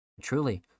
Truly